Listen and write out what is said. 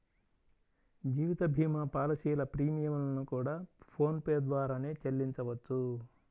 జీవిత భీమా పాలసీల ప్రీమియం లను కూడా ఫోన్ పే ద్వారానే చెల్లించవచ్చు